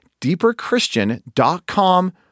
deeperchristian.com